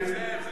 זה לא "זאב,